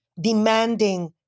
demanding